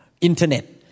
internet